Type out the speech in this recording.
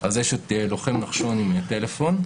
יש את לוחם נחשון עם טלפון.